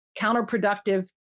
counterproductive